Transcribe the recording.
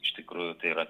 iš tikrųjų tai yra